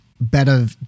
better